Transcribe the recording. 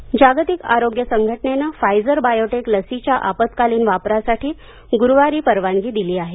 Pfizer जागतिक आरोग्य संघटनेने फायजर बायोटेक लसीच्या आपत्कालिन वापरासाठी ग्रुवारी परवानगी दिली आहे